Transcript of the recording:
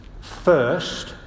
first